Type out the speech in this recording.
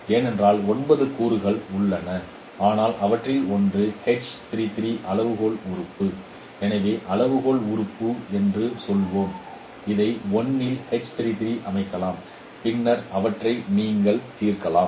ஏனென்றால் 9 கூறுகள் உள்ளன ஆனால் அவற்றில் ஒன்று அளவுகோல் உறுப்பு எனவே அளவுகோல் உறுப்பு என்று சொல்வோம் இதை 1 இல் அமைக்கலாம் பின்னர் அவற்றை நீங்கள் தீர்க்கலாம்